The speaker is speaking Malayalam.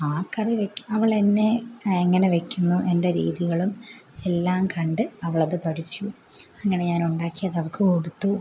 ആ കറി വയ്ക്ക് അവൾ എന്നെ എങ്ങനെ വയ്ക്കുന്നു എൻ്റെ രീതികളും എല്ലാം കണ്ട് അവൾ അത് പഠിച്ചു അങ്ങനെ ഞാൻ ഉണ്ടാക്കി അത് അവൾക്ക് കൊടുത്തു